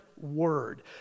word